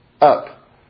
up